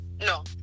no